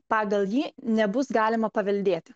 pagal jį nebus galima paveldėti